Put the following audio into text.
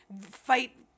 fight